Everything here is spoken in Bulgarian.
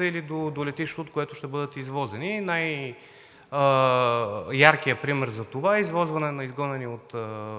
или до летището, от което ще бъдат извозени. Най-яркият пример за това е извозване на изгонени от